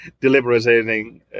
deliberating